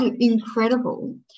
Incredible